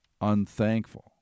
unthankful